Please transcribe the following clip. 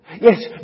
Yes